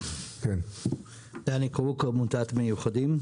אני מעמותת מיוחדים.